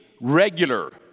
regular